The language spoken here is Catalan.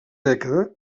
dècada